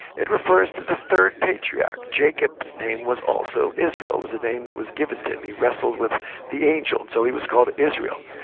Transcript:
it refers to the third patriarch. jacob's name was also israel it was the name that was given to him. he wrestled with the angel and so he was called israel.